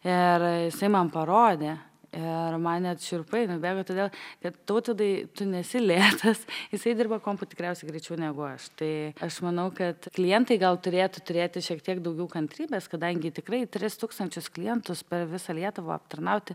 ir jisai man parodė ir man net šiurpai nubėgo todėl kad tautvydai tu nesi lėtas jisai dirba kompu tikriausiai greičiau negu aš tai aš manau kad klientai gal turėtų turėti šiek tiek daugiau kantrybės kadangi tikrai tris tūkstančius klientus per visą lietuvą aptarnauti